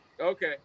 Okay